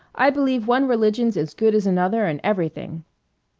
i believe one religion's as good as another and everything.